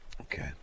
Okay